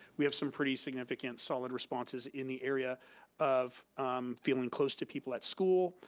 we have some pretty significant solid responses, in the area of feeling close to people at school.